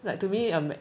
like to me and my